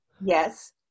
Yes